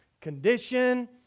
condition